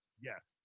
Yes